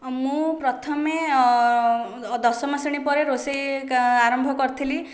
ମୁଁ ପ୍ରଥମେ ଦଶମ ଶ୍ରେଣୀ ପରେ ରୋଷେଇ ଆରମ୍ଭ କରିଥିଲି